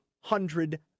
hundred